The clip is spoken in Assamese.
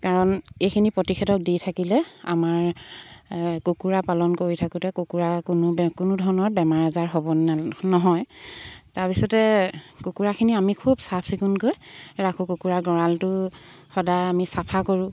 কাৰণ এইখিনি প্ৰতিষেধক দি থাকিলে আমাৰ কুকুৰা পালন কৰি থাকোঁতে কুকুৰা কোনো কোনো ধৰণৰ বেমাৰ আজাৰ হ'ব নাল নহয় তাৰপিছতে কুকুৰাখিনি আমি খুব চাফ চিকুণকৈ ৰাখোঁ কুকুৰা গঁৰালটো সদায় আমি চাফা কৰোঁ